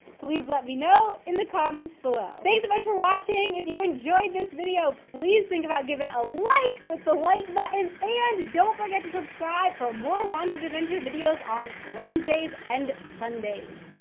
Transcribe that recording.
please let me know in the comments below. thanks so much for watching. if you enjoyed this video please think about giving a like with the like button. and don't forget to subscribe for more wanted adventure videos on wednesdays and sundays.